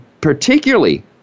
particularly